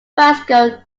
fresco